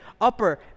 upper